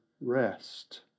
rest